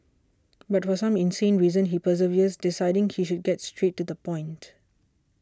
but for some insane reason he perseveres deciding he should get straight to the point